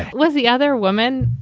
as well as the other woman.